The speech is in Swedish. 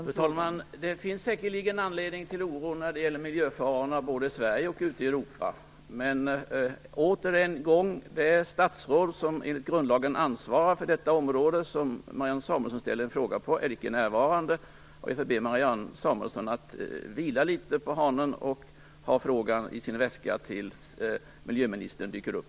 Fru talman! Det finns säkerligen anledning till oro när det gäller miljöfarorna både i Sverige och ute i Europa. Men återigen är det statsråd som enligt grundlagen ansvarar för det område som Marianne Samuelsson ställer en fråga om icke närvarande. Jag får be Marianne Samuelsson att vila litet på hanen och ha frågan i sin väska tills miljöministern dyker upp.